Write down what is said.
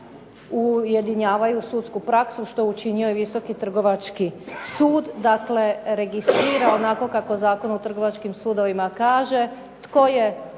ujedinjavaju sudsku praksu što učinio i Visoki trgovački sud. Dakle, registrira onako kao zakon o trgovačkim sudovima kaže, tko je